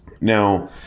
now